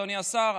אדוני השר,